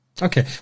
Okay